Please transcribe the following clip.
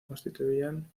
constituían